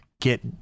get